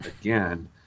again